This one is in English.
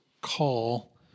call